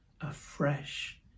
afresh